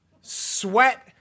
sweat